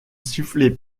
soufflait